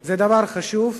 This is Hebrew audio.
זה דבר חשוב.